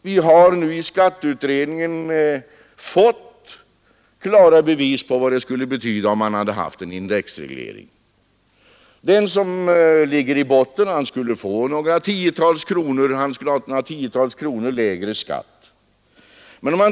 Vi har nu i skatteutredningen fått klara bevis på vad det skulle betyda om man hade haft en indexreglering. Den som ligger i botten skulle få några tiotal kronor lägre skatt.